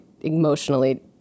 emotionally